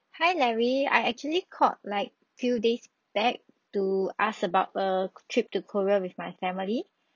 hi larry I actually called like few days back to ask about a trip to korea with my family